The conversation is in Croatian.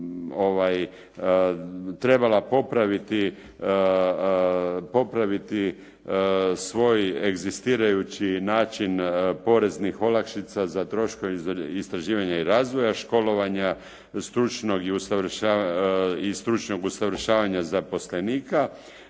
trebala popraviti svoj egzistirajući način poreznih olakšica za troškove istraživanja i razvoja, školovanja i stručnog usavršavanja zaposlenika